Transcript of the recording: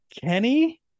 Kenny